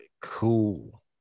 cool